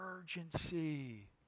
Urgency